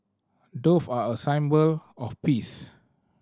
doves are a symbol of peace